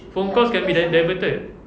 phone calls can be di~ diverted